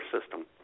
system